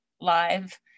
live